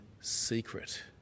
secret